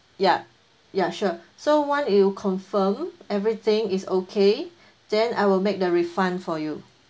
ya ya sure so once you confirm everything is okay then I will make the refund for you